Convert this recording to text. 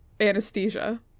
anesthesia